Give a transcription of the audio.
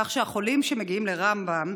כך שהחולים מגיעים לרמב"ם,